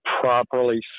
properly